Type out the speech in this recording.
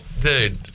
dude